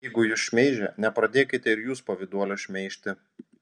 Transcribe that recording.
jeigu jus šmeižia nepradėkite ir jūs pavyduolio šmeižti